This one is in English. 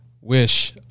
wish